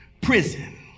prison